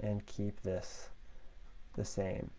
and keep this the same.